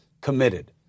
committed